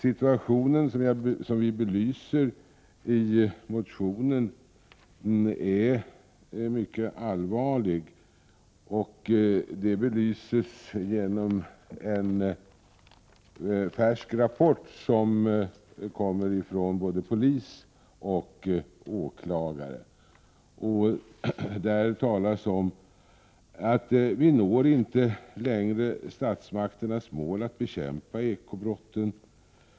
Situationen är — som vi belyser i motionen — mycket allvarlig, vilket också visas i en färsk rapport som kommer från både polis och åklagare. I rapporten talas det om att vi inte längre når statsmakternas mål i fråga om att bekämpa ekobrotten.